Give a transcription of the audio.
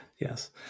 Yes